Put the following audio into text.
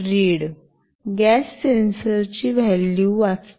read gas sensor ची value वाचते